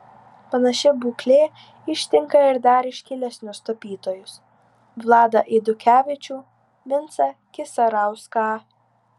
panaši būklė ištinka ir dar iškilesnius tapytojus vladą eidukevičių vincą kisarauską